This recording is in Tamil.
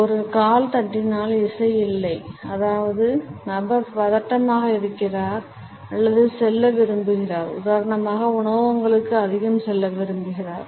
ஒரு கால் தட்டினால் இசை இல்லை அதாவது நபர் பதட்டமாக இருக்கிறார் அல்லது செல்ல விரும்புகிறார் உதாரணமாக உணவகங்களுக்கு அதிகம் செல்ல விரும்புகிறார்